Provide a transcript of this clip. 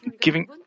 giving